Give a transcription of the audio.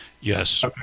Yes